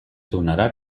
donarà